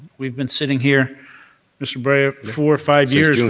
we've been sitting here mr. brea, ah four or five years and